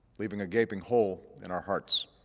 leaving a gaping hole in our hearts.